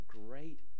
great